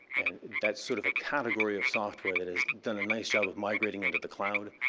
and that's sort of a category of software that has done a nice job of migrating into the cloud.